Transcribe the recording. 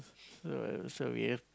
so so yep